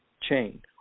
chain